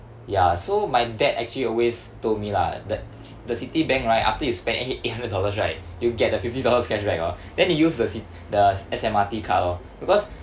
ya so my dad actually always told me lah the the Citibank right after you spend eight eight hundred dollars right you get the fifty dollars cashback hor then they use the ci~ the S_M_R_T card lor because